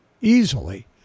easily